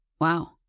Wow